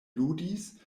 ludis